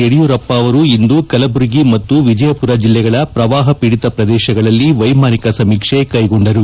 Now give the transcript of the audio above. ಯಡಿಯೂರಪ್ಪ ಅವರು ಇಂದು ಕಲಬುರಗಿ ಮತ್ತು ವಿಜಯಪುರ ಜಿಲ್ಲೆಗಳ ಪ್ರವಾಹ ಪೀಡಿತ ಪ್ರದೇಶಗಳಲ್ಲಿ ವೈಮಾನಿಕ ಸಮೀಕ್ಷೆ ಕೈಗೊಂಡರು